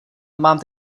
mám